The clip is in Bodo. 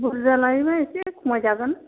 बुरजा लायोबा एसे खमायजागोन